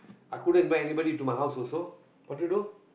I couldn't invite anybody to my house also what to do